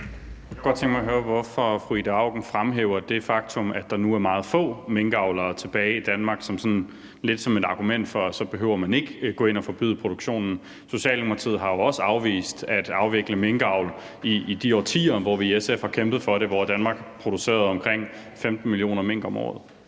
Jeg kunne godt tænke mig at høre, hvorfor fru Ida Auken fremhæver det faktum, at der nu er meget få minkavlere tilbage i Danmark, lidt som et argument for, at så behøver man ikke at gå ind at forbyde produktionen. Socialdemokratiet har jo også afvist at afvikle minkavl i de årtier, hvor vi i SF har kæmpet for det, og hvor Danmark producerede omkring 15 millioner mink om året.